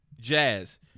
Jazz